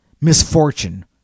Misfortune